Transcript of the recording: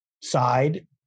side